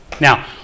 Now